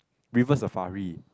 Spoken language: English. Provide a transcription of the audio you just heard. River Safari